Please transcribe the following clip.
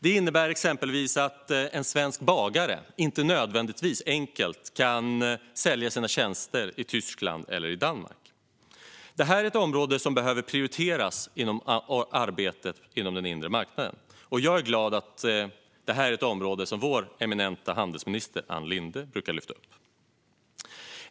Det innebär exempelvis att en svensk bagare inte nödvändigtvis enkelt kan sälja sina tjänster i Tyskland eller i Danmark. Detta är ett område som behöver prioriteras i arbetet inom den inre marknaden, och jag är glad att det är något som vår eminenta handelsminister Ann Linde brukar lyfta upp.